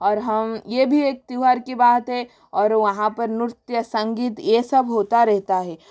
और हम ये भी एक त्यौहार की बात है और वहाँ पर नृत्य संगीत ये सब होता रहता है